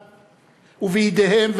ובידיהם,